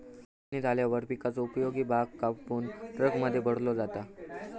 कापणी झाल्यावर पिकाचो उपयोगी भाग कापून ट्रकमध्ये भरलो जाता